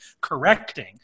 correcting